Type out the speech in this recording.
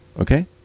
Okay